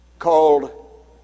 called